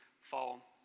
fall